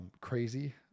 crazy